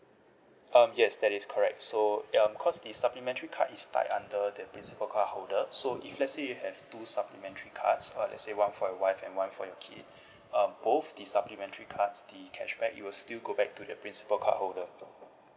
um yes that is correct so um cause the supplementary card is tied under the principal cardholder so if let's say you have two supplementary cards or let's say one for your wife and one for your kid um both the supplementary cards the cashback it will still go back to the principal cardholder